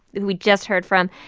who we just heard from,